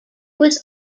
was